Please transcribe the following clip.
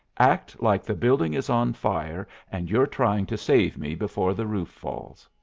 act like the building is on fire and you're trying to save me before the roof falls.